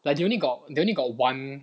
like they only got they only got one